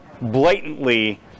blatantly